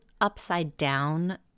upside-down